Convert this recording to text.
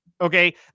Okay